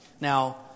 Now